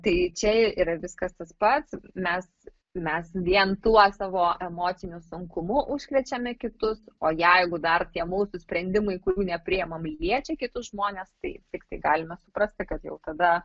tai čia yra viskas tas pats mes mes vien tuo savo emociniu sunkumu užkrečiame kitus o jeigu dar tie mūsų sprendimai kurių nepriimam liečia kitus žmones tai tiktai galime suprasti kad jau tada